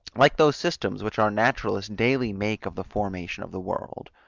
like those systems, which our naturalists daily make of the formation of the world.